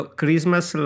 Christmas